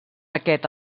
aquest